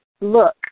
look